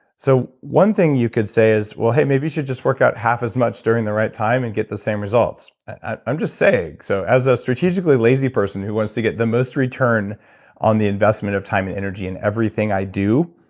so one thing you could say is, well hey, maybe you should just workout half as much during the right time and get the same results. i'm just saying. so as a strategically lazy person, who wants to get the most return on the investment of time and energy in everything i do,